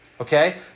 Okay